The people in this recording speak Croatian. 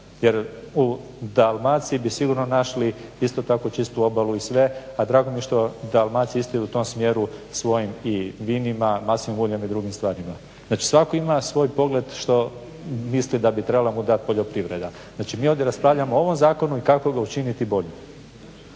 jer u Dalmaciji bi sigurno našli isto tako čistu obalu i sve, a dragom mi je što Dalmacija isto i u tom smjeru svojim i vinima, maslinovim uljem i drugim stvarima. Znači svako ima svoj pogled što misli da bi trebala mu dat poljoprivreda. Znači mi ovdje raspravljamo o ovom zakonu i kako ga učiniti boljim.